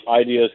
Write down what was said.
ideas